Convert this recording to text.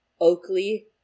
Oakley